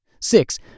Six